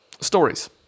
Stories